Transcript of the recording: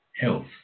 health